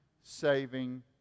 saving